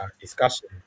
discussion